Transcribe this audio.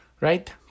right